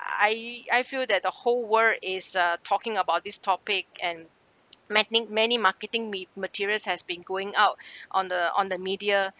I I feel that the whole world is uh talking about this topic and many many marketing me~ materials has been going out on the on the media